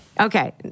Okay